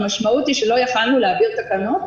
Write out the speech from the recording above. המשמעות היא שלא יכולנו להעביר תקנות,